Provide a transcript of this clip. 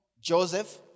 Joseph